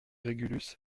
régulus